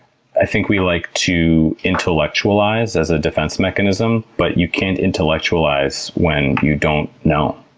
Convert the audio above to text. i think we like to intellectualize as a defense mechanism, but you can't intellectualize when you don't know,